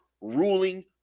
ruling